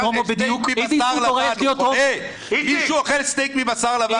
אם מישהו אוכל סטייק מבשר לבן הוא חולה?